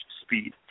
speed